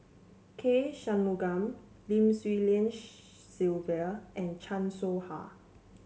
K Shanmugam Lim Swee Lian Sylvia and Chan Soh Ha